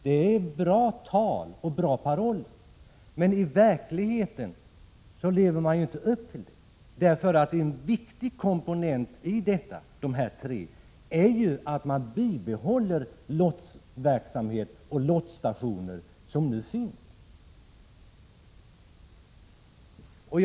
Det är bra paroller, men i verkligheten lever man inte upp till dem. En viktig komponent i politiken på dessa tre områden är att man bibehåller den lotsverksamhet och de lotsstationer som nu finns.